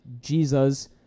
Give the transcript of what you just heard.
Jesus